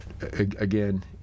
again